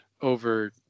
over